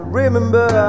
remember